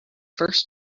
first